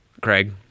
Craig